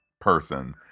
person